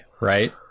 right